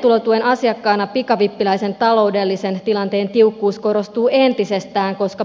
toimeentulotuen asiakkaana pikavippiläisen taloudellisen tilanteen tiukkuus korostuu entisestään koska